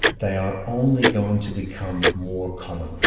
they are only going to become more common.